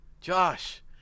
Josh